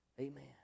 Amen